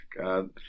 God